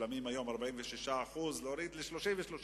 שמשולמים היום מ-46% ל-33%.